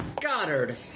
Goddard